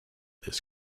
this